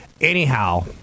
anyhow